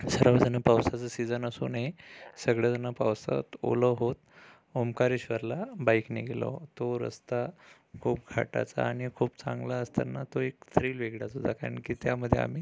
सर्वजणं पावसाचा सीजन असूनही सगळे जणं पावसात ओलं होत ओंकारेश्वरला बाईकने गेलो तो रस्ता खूप घाटाचा आणि खूप चांगला असतांना तो एक थ्रील वेगळाच होता कारण की त्यामध्ये आम्ही